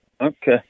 Okay